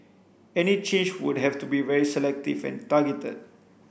any change would have to be very selective and targeted